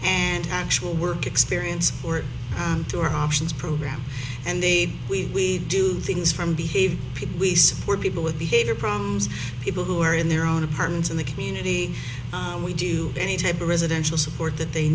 and actual work experience or two options program and the we do things from behave people we support people with behavior problems people who are in their own apartments in the community and we do any type of residential support that they